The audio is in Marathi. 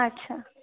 अच्छा